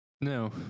No